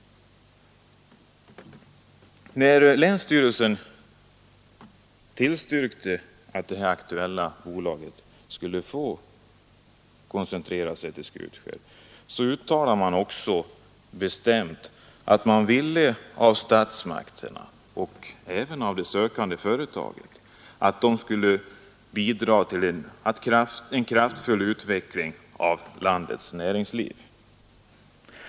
När länsstyrelsen tillstyrkte att det aktuella bolaget skulle få koncentrera sig till Skutskär, uttalade man också bestämt att man ville att statsmakterna och även det sökande företaget skulle bidra till en kraftfull utveckling av landets näringsliv.